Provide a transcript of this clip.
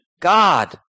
God